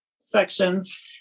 sections